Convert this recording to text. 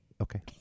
Okay